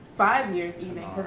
five years even,